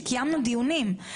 כשקיימנו דיונים.